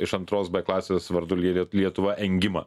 iš antros b klasės vardu ry lie lietuva engimą